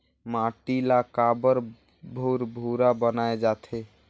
माटी ला काबर भुरभुरा बनाय जाथे?